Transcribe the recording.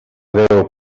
déu